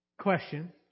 Question